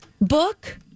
book